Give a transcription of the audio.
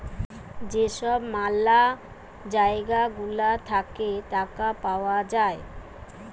যেই সব ম্যালা জায়গা গুলা থাকে টাকা পাওয়া যায়